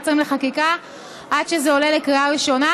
שרים לחקיקה עד שזה עולה לקריאה ראשונה,